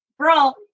girl